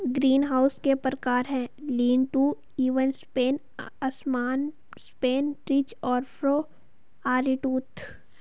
greenhouse के प्रकार है, लीन टू, इवन स्पेन, असमान स्पेन, रिज और फरो, आरीटूथ